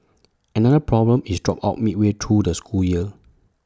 another problem is dropouts midway through the school year